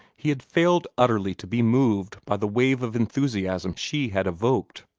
he had failed utterly to be moved by the wave of enthusiasm she had evoked.